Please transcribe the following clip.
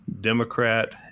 Democrat